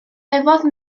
yfodd